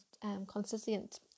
consistent